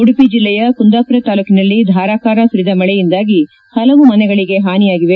ಉಡುಪಿ ಜಿಲ್ಲೆಯ ಕುಂದಾಪುರ ತಾಲೂಕಿನಲ್ಲಿ ಧಾರಾಕಾರ ಸುರಿದ ಮಳೆಯಿಂದಾಗಿ ಪಲವು ಮನೆಗಳಿಗೆ ಹಾನಿಯಾಗಿವೆ